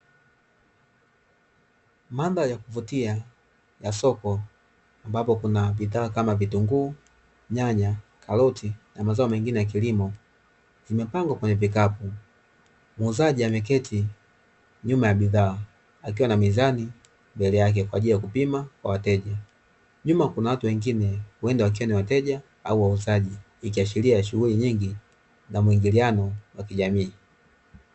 Mandhari ya kuvutia ya soko ambapo kuna bidhaa kama vitunguu, nyanya, karoti na mazao mingine ya kilimo vimepangwa kwenye vikapu, muuzaji ameketi nyuma ya bidhaa akiwa na mizani mbele yake kwa ajili ya kupima kwa wateja nyuma kuna watu wengine uenda wakiwa ni wateja au wauzaji ikiashiria shughuli nyingi na muingiliano wa kijamii.